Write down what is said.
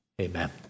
Amen